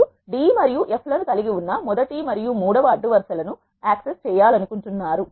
మీరు d మరియు f లను కలిగి ఉన్న మొదటి మరియు మూడవ అడ్డు వరుస లను యాక్సెస్ చేయాలనుకుంటున్నారు